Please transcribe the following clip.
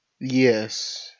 Yes